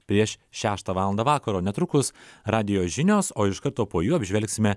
prieš šeštą valandą vakaro netrukus radijo žinios o iš karto po jų apžvelgsime